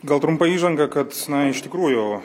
gal trumpa įžanga kad na iš tikrųjų